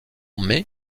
mai